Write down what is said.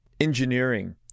engineering